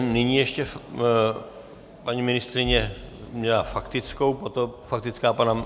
Nyní ještě paní ministryně měla faktickou, potom faktická pana...